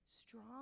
strong